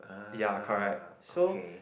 ya correct so